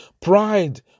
Pride